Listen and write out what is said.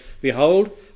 Behold